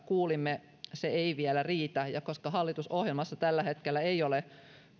kuulimme se ei vielä riitä koska hallitusohjelmassa tällä hetkellä ei ole